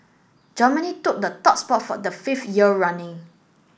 Germany took the top spot for the fifth year running